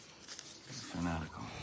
Fanatical